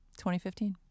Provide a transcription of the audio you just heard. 2015